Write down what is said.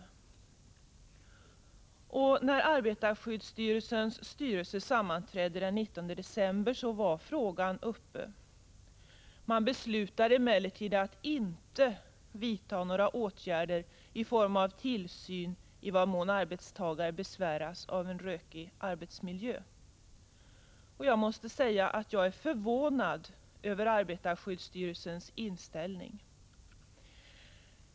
När arbetarskyddsstyrelsens styrelse sammanträdde den 19 december var frågan uppe. Man beslutade emellertid att inte vidta några åtgärder i form av tillsyn i vad mån arbetstagare besväras av rökig arbetsmiljö. Jag är förvånad över arbetarskyddsstyrelsens inställning.